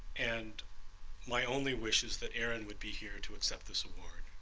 and my only wish is that aaron would be here to accept this award.